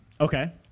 Okay